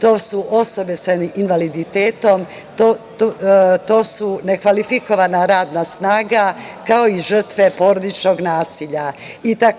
to su osobe sa invaliditetom, to su nekvalifikovana radna snaga, kao i žrtve porodičnog nasilja.